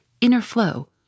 inner-flow